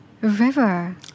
River